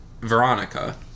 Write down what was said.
Veronica